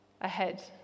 ahead